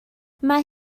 mae